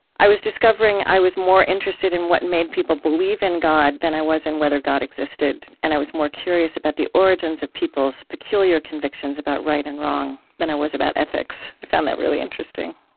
i was discovering i was more interested in what made people believe in god than i was in whether god existed, and i was more curious about the origins of people's peculiar convictions about right and wrong than i was about ethics. i found that really interesting